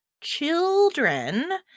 children